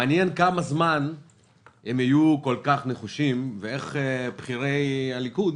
מעניין כמה זמן הם יהיו כל כך נחושים ואיך בכירי הליכוד